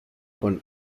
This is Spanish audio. con